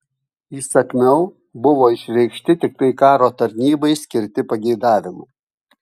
įsakmiau buvo išreikšti tiktai karo tarnybai skirti pageidavimai